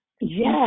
Yes